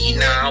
now